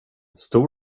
stor